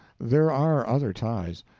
there are other ties.